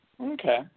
Okay